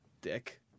Dick